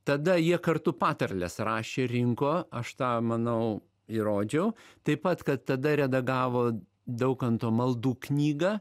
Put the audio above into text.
tada jie kartu patarles rašė rinko aš tą manau įrodžiau taip pat kad tada redagavo daukanto maldų knygą